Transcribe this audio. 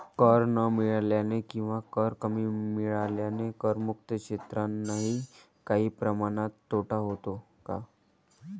कर न मिळाल्याने किंवा कर कमी मिळाल्याने करमुक्त क्षेत्रांनाही काही प्रमाणात तोटा होतो का?